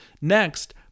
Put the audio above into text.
Next